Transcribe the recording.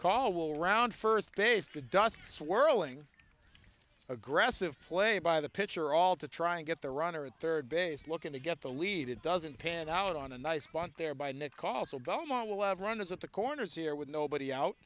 call will round first base the dust swirling aggressive play by the pitcher all to try and get the runner at third base looking to get the lead it doesn't pan out on a nice spot there by next call so belmont will have runners at the corners here with nobody out